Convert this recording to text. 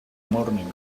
morning